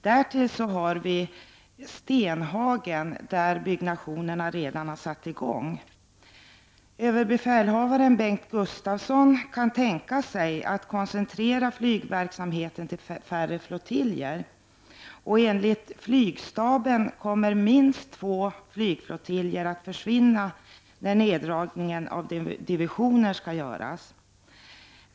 Därtill kommer Stenhagen, där man redan har satt i gång byggandet. Överbefälhavaren, Bengt Gustafsson, kan tänka sig att koncentrera flygverksamheten till färre flottiljer. Och enligt flygstaben kommer minst två flygflottiljer att försvinna när neddragningen av antalet divisioner skall göras.